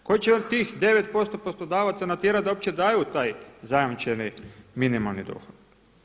Tko će tih 9% poslodavaca natjerati da uopće daju taj zajamčeni minimalni dohodak?